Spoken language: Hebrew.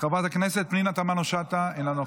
חברת הכנסת פנינה תמנו-שטה, אינה נוכחת.